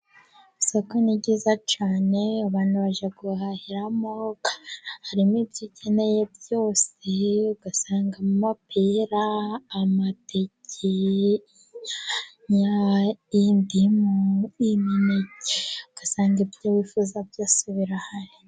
Isoko ni ryiza cyane, abantu bajya guhahiramo, harimo ibyo ukeneye byose, ugasangamo amapera, amateke, indimu, imineke, ugasanga ibyo wifuza byose birahari.